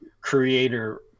creator